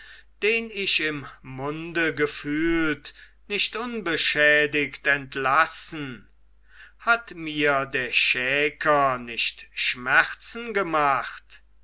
den ich im munde gefühlt nicht unbeschädigt entlassen hat mir der schäker nicht schmerzen gemacht